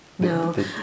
No